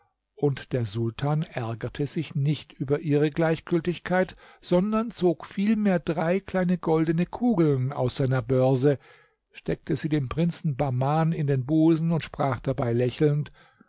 und der sultan ärgerte sich nicht über ihre gleichgültigkeit sondern zog vielmehr drei kleine goldene kugeln aus seiner börse steckte sie dem prinzen bahman in den busen und sprach dabei lächelnd